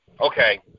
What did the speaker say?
okay